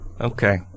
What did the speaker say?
Okay